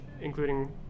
including